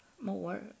more